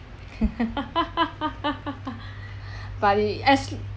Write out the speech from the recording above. but the as